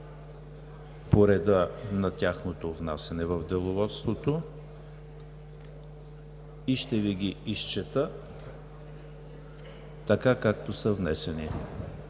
по реда на тяхното внасяне в Деловодството и ще Ви ги изчета така, както са внесени.